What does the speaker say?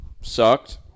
sucked